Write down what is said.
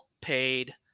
paid